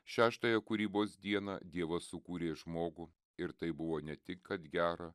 šeštąją kūrybos dieną dievas sukūrė žmogų ir tai buvo ne tik kad gera